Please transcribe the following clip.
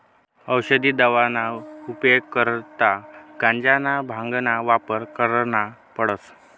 औसदी दवाना उपेग करता गांजाना, भांगना वापर करना पडस